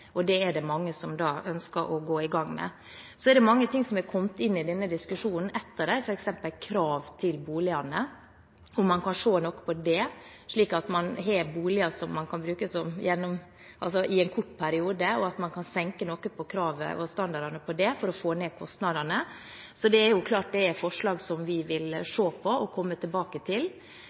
og det er det mange som ønsker å gå i gang med. Så er det mange ting som har kommet inn i denne diskusjonen etter det, f.eks. krav til boligene og at man kan se på det, slik at man har boliger som man kan bruke i en kort periode, og om man kan senke noe på kravene og standardene for å få ned kostnadene. Det er klart at det er forslag som vi vil se på og komme tilbake til.